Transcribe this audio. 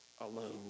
alone